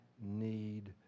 need